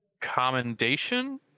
commendation